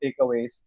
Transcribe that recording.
takeaways